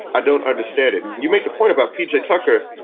i don't understand it. and you make the point about pj like tucker.